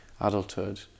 adulthood